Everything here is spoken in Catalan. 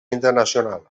internacional